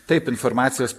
taip informacijos